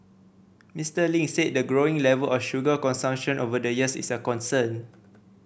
Mister Ling said the growing level of sugar consumption over the years is a concern